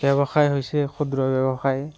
ব্যৱসায় হৈছে ক্ষুদ্ৰ ব্যৱসায়